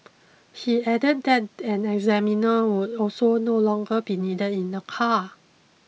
he added that an examiner would also no longer be needed in the car